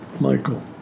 Michael